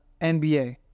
NBA